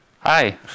Hi